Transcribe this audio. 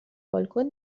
بالکن